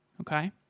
okay